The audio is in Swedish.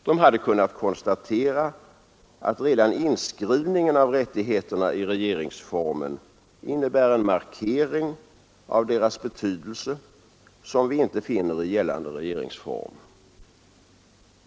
De hade kunnat konstatera att redan inskrivningen av rättigheterna i regeringsformen innebär en markering av deras betydelse som vi inte finner i gällande regeringsform.